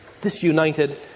disunited